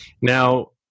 Now